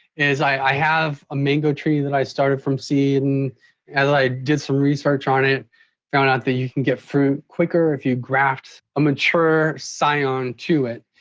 is i have a mango tree that i started from seed, and as i did some research on it found out that you can get fruit quicker if you graft a mature scion to it.